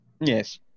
Yes